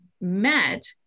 met